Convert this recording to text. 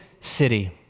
city